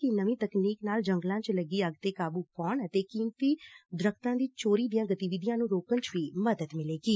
ਉਨਾਂ ਕਿਹਾ ਕਿ ਨਵੀ ਤਕਨੀਕ ਨਾਲ ਜੰਗਲਾਂ ਚ ਲੱਗੀ ਅੱਗ ਤੇ ਕਾਬੁ ਪਾਉਣ ਕੀਮਤੀ ਦਰਖ਼ਤਾਂ ਦੀ ਚੋਰੀ ਦੀਆਂ ਗਤੀਵਿਧੀਆਂ ਨੂੰ ਰੋਕਣ ਚ ਵੀ ਮਦਦ ਮਿਲੇਗੀ